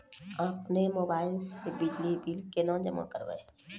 अपनो मोबाइल से बिजली बिल केना जमा करभै?